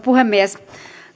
puhemies